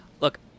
look